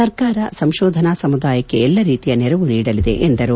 ಸರ್ಕಾರ ಸಂಶೋಧನಾ ಸಮುದಾಯಕ್ಕೆ ಎಲ್ಲಾ ರೀತಿಯ ನೆರವು ನೀಡಲಿದೆ ಎಂದರು